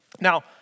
Now